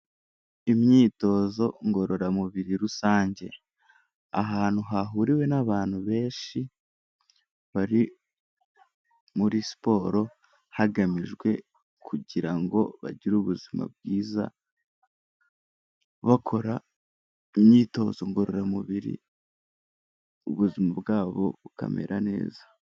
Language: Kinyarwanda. Imyitozo ngororamubiri rusange, ahantu hahuriwe n'abantu benshi bari muri siporo hagamijwe kugira ngo bagire ubuzima bwiza, bakora imyitozo ngororamubiri ubuzima bwabo bukamera neza.